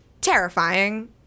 terrifying